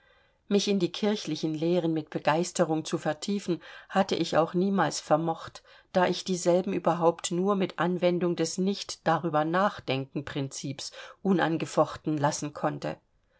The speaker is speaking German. mich in die kirchlichen lehren mit begeisterung zu vertiefen hatte ich auch niemals vermocht da ich dieselben überhaupt nur mit anwendung des nichtdarübernachdenken prinzips unangefochten lassen konnte